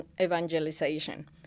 evangelization